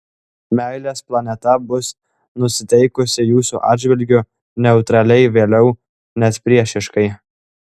meilės planeta bus nusiteikusi jūsų atžvilgiu neutraliai vėliau net priešiškai